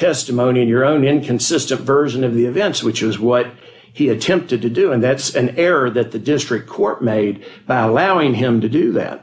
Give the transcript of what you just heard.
testimony in your own inconsistent version of the events which is what he attempted to do and that's an error that the district court made by allowing him to do that